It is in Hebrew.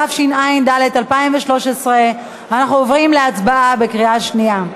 התשע"ד 2013 אנחנו עוברים להצבעה בקריאה שנייה.